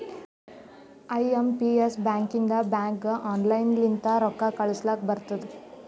I M P S ಬ್ಯಾಕಿಂದ ಬ್ಯಾಂಕ್ಗ online ಲಿಂತ ರೊಕ್ಕಾ ಕಳೂಸ್ಲಕ್ ಬರ್ತುದ್